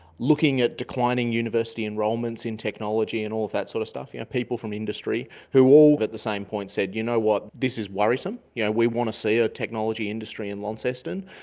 looking at declining university enrolments in technology and all that sort of stuff, you know people from industry who all at the same point said, you know what, this is worrisome. yeah we want to see a technology industry in launceston,